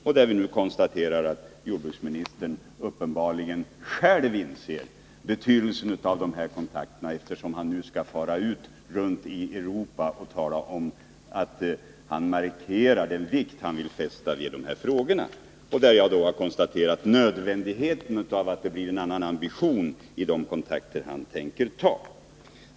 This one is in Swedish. Och vi konstaterar nu att jordbruksministern uppenbarligen själv inser betydelsen av de här kontakterna, eftersom han skall fara ut i Europa och tala om att han markerar den vikt han fäster vid de här frågorna. Jag anser att det är nödvändigt att det blir en annan ambition i de kontakter han tänker ta.